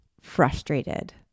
frustrated